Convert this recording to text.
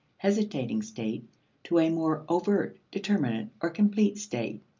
hesitating state to a more overt, determinate, or complete state.